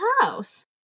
house